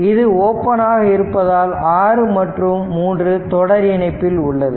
இது ஓபன் ஆக இருப்பதால் 6 மற்றும் 3 தொடர் இணைப்பில் உள்ளது